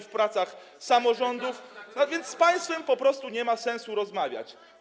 w pracach samorządów, a wiec z państwem po prostu nie ma sensu rozmawiać.